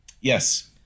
Yes